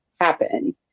happen